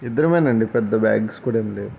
ఇద్దరమేనండి పెద్ద బ్యాగ్స్ కూడా ఏమి లేవు